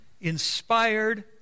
inspired